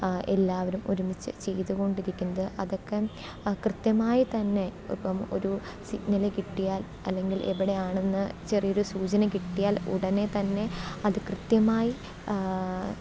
എല്ലാവരും ഒരുമിച്ച് ചെയ്തുകൊണ്ടിരിക്കുന്നത് അതൊക്കെ കൃത്യമായിത്തന്നെ ഇപ്പം ഒരു സിഗ്നൽ കിട്ടിയാൽ അല്ലെങ്കിൽ എവിടെയാണെന്നു ചെറിയൊരു സൂചന കിട്ടിയാൽ ഉടനെതന്നെ അതു കൃത്യമായി